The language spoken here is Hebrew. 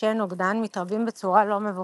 מפרישי נוגדן, מתרבים בצורה לא מבוקרת.